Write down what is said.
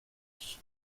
ist